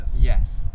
yes